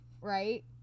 Right